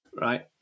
right